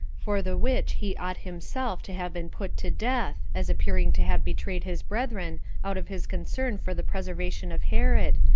for the which he ought himself to have been put to death, as appearing to have betrayed his brethren out of his concern for the preservation of herod,